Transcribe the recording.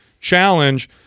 challenge